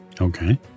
okay